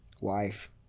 Wife